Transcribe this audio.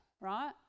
right